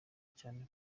cyane